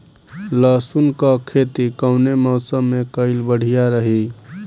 लहसुन क खेती कवने मौसम में कइल बढ़िया रही?